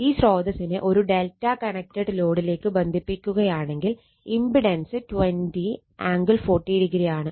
ഈ സ്രോതസിനെ ഒരു ∆ കണക്റ്റഡ് ലോഡിലേക്ക് ബന്ധിപ്പിക്കുകയാണെങ്കിൽ ഇമ്പിടൻസ് 20 ആംഗിൾ 40o ആണ്